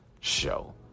show